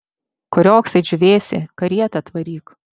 ko riogsai džiūvėsi karietą atvaryk